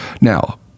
now